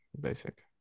basic